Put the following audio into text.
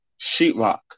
sheetrock